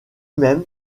même